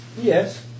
Yes